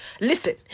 Listen